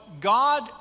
God